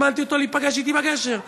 הזמנתי אותו להיפגש איתי בגשר,